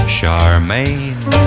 Charmaine